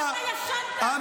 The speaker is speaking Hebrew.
(חבר הכנסת ולדימיר בליאק יוצא מאולם המליאה.) --- נלחמה לבד.